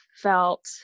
Felt